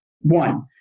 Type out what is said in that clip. one